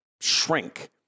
shrink